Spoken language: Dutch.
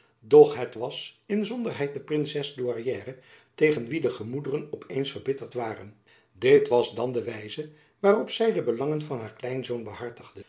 doch het was inzonderheid de princes douairière tegen wie de gemoederen op eens verbitterd waren dit was dan de wijze waarop zy de belangen van haar kleinzoon behartigde